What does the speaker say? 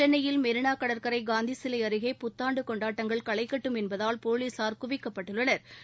சென்னையில் மெரினா கடற்கரை காந்தி சிலை அருகே புத்தாண்டு கொண்டாட்டங்கள் களைகட்டும் என்பதால் போலீசாா் குவிக்கப்பட்டுள்ளனா்